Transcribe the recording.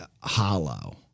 hollow